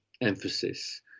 emphasis